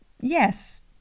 Yes